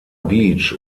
beach